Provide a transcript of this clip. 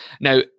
now